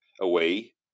away